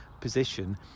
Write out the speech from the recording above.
position